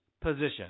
position